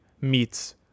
meets